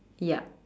ya